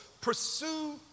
pursue